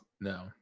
no